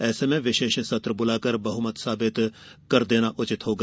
ऐसे में विशेष सत्र बुलाकर बहुमत साबित कर देना उचित होगा